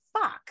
fuck